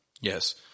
yes